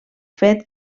fet